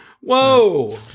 Whoa